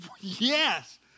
yes